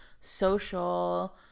social